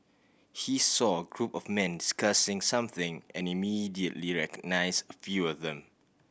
he saw a group of men discussing something and immediately recognised a few of them